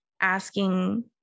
asking